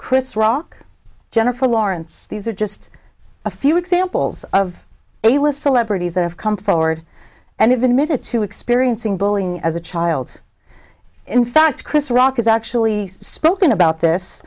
chris rock jennifer lawrence these are just a few examples of a list celebrities that have come forward and if admitted to experiencing bullying as a child in fact chris rock is actually spoken about this